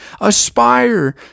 aspire